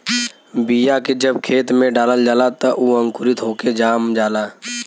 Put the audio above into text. बीया के जब खेत में डालल जाला त उ अंकुरित होके जाम जाला